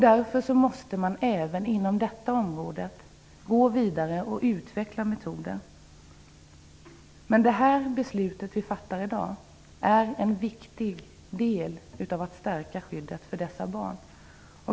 Därför måste man även inom detta område gå vidare och utveckla metoder. Men det beslut vi fattar i dag är en viktig del i att stärka skyddet för dessa barn.